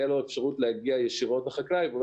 תהיה לו אפשרות להגיע ישירות לחקלאי והוא